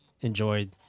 enjoyed